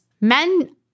men